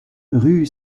rue